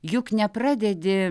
juk nepradedi